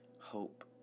hope